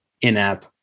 in-app